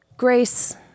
Grace